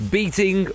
beating